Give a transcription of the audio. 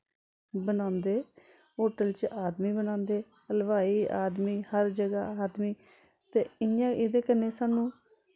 बनांदे होटल च आदमी बनांदे हलवाई आदमी हर जगह् आदमी ते इ'यां एह्दे कन्नै सानूं